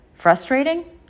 Frustrating